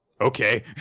Okay